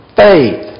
faith